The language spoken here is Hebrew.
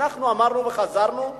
אנחנו אמרנו וחזרנו.